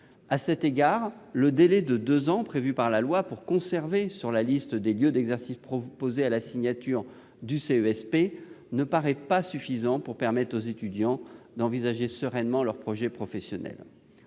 À cet égard, le délai de deux ans prévu par la loi pour conserver sur la liste des lieux d'exercice proposés à la signature du CESP ne paraît pas suffisant pour permettre aux étudiants d'envisager sereinement leur projet professionnel.